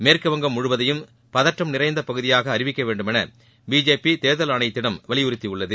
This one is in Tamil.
மேற்குவங்கம் முழுவதையும் பதற்றம் நிறைந்த பகுதியாக அறிவிக்க வேண்டுமென பிஜேபி தேர்தல் ஆணையத்திடம் வலியுறுத்தியுள்ளது